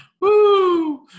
Woo